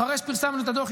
אחרי שפרסמנו את הדוח,